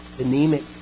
Anemic